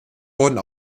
wurden